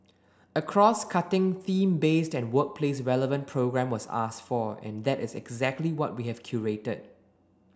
a crosscutting theme based and workplace relevant programme was asked for and that is exactly what we have curated